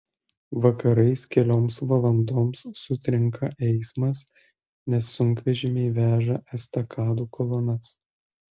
vakarais kelioms valandoms sutrinka eismas nes sunkvežimiai veža estakadų kolonas